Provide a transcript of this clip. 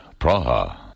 Praha